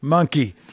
monkey